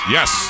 Yes